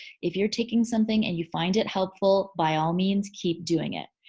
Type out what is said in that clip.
if you're taking something and you find it helpful by all means keep doing it.